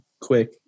quick